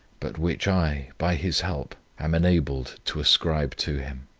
but, which i, by his help, am enabled to ascribe to him.